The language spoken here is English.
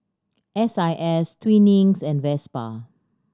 S I S Twinings and Vespa